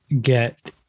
get